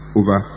over